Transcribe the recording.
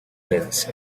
benz